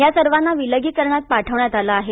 या सर्वांना विलगीकरणात पाठवण्यात आलं आहे